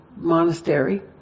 monastery